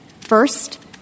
First